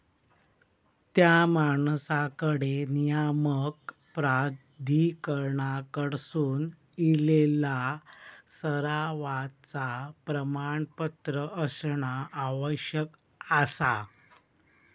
त्या माणसाकडे नियामक प्राधिकरणाकडसून इलेला सरावाचा प्रमाणपत्र असणा आवश्यक आसा